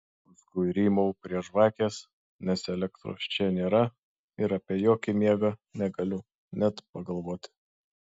paskui rymau prie žvakės nes elektros čia nėra ir apie jokį miegą negaliu net pagalvoti